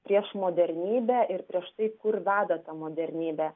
prieš modernybę ir prieš tai kur veda ta modernybė